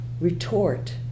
retort